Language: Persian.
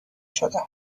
شدند